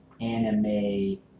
anime